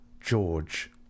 George